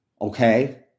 Okay